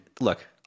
look